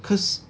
cause